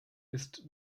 ist